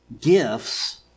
gifts